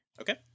Okay